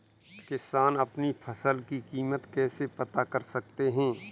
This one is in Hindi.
किसान अपनी फसल की कीमत कैसे पता कर सकते हैं?